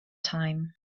time